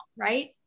right